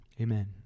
Amen